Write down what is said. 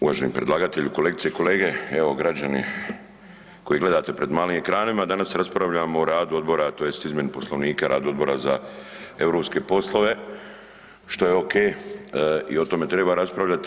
Uvaženi predlagatelju, kolegice i kolege, evo građani koji gledate pred malim ekranima danas raspravljamo o radu odbora tj. izmjeni poslovnika i radu Odbora za europske poslove, što je ok i o tome triba raspravljati.